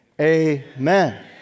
amen